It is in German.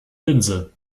linse